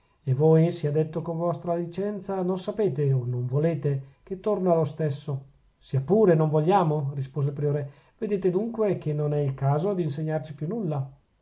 e voi sia detto con vostra licenza non sapete o non volete che torna lo stesso sia pure non vogliamo rispose il priore vedete dunque che non è il caso d'insegnarci più nulla